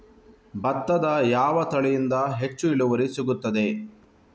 ಭತ್ತದ ಯಾವ ತಳಿಯಿಂದ ಹೆಚ್ಚು ಇಳುವರಿ ಸಿಗುತ್ತದೆ?